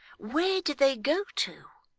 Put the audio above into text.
where do they go to,